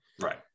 Right